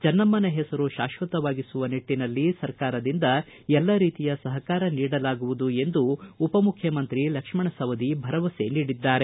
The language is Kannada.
ಚನ್ನಮ್ಮನ ಹೆಸರು ಶಾಶ್ವತವಾಗಿಸುವ ನಿಟ್ಟನಲ್ಲಿ ಸರ್ಕಾರದಿಂದ ಎಲ್ಲ ರೀತಿಯ ಸಹಕಾರ ನೀಡಲಾಗುವುದು ಎಂದು ಉಪ ಮುಖ್ಯಮಂತ್ರಿ ಲಕ್ಷ್ಣಣ ಸವದಿ ಭರವಸೆ ನೀಡಿದ್ದಾರೆ